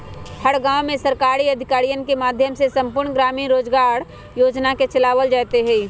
हर गांव में सरकारी अधिकारियन के माध्यम से संपूर्ण ग्रामीण रोजगार योजना के चलावल जयते हई